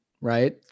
right